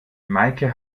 meike